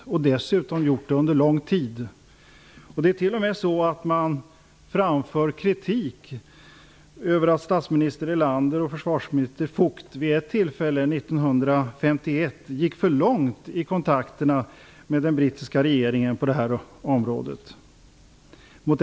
Det har man dessutom gjort under lång tid. Man framför t.o.m. kritik av att statsminister Erlander och försvarsminister Vougt vid ett tillfälle år 1951 gick för långt i kontakterna med den brittiska regeringen på det här området.